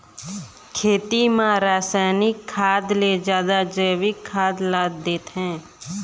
खेती म रसायनिक खाद ले जादा जैविक खाद ला देथे